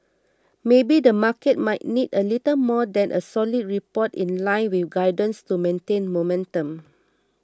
maybe the market might need a little more than a solid report in line with guidance to maintain momentum